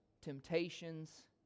temptations